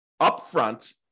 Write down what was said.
upfront